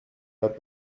pas